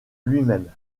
même